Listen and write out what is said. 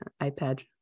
iPad